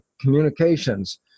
communications